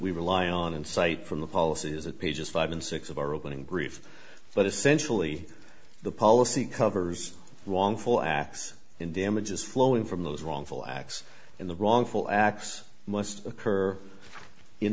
we rely on in sight from the policies of pages five and six of our opening brief but essentially the policy covers wrongful acts in damages flowing from those wrongful acts in the wrongful acts must occur in